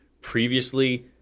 previously